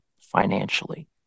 financially